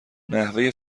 نحوه